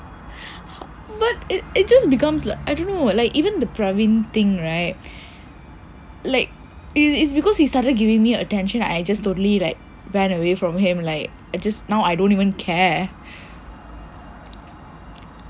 but it it just becomes like I don't know like even the praveen thing right like it is because he started giving me attention I just totally like ran away from him like uh just now I don't even care